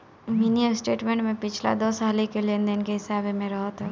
mini statement में पिछला दस हाली के लेन देन के हिसाब एमे रहत हवे